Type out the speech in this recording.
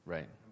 Right